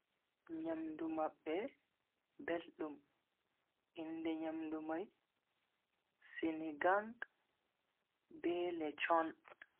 Nyamdu mabbe beldum, inde nyamdu mai sinigang, be lechon.